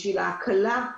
בשביל ההקלה,